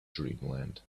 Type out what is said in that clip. dreamland